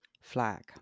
flag